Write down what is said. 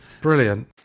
Brilliant